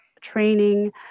training